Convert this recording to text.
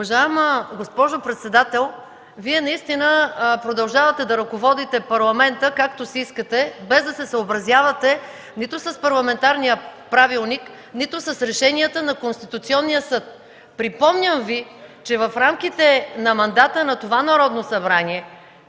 Уважаема госпожо председател, Вие наистина продължавате да ръководите Парламента както си искате, без да се съобразявате нито с парламентарния правилник, нито с решенията на Конституционния съд. Припомням Ви, че в рамките на мандата на това Народно събрание